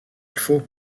faut